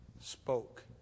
spoke